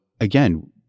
again